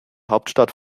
hauptstadt